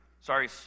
Sorry